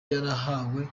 yarahawe